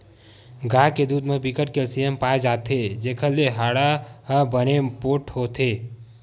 गाय के दूद म बिकट के केल्सियम पाए जाथे जेखर ले हाड़ा ह बने पोठ होथे